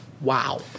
Wow